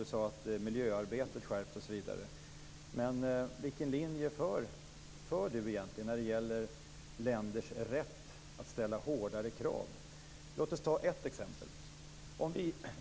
Han sade att miljöarbetet skärps. Men vilken linje för han egentligen när det gäller länders rätt att ställa hårdare krav? Låt oss ta ett exempel.